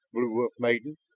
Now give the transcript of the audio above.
blue wolf maiden,